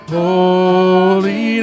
holy